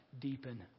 deepen